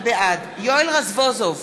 בעד יואל רזבוזוב,